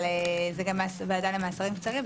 אבל זה גם ועדה למאסרים קצרים,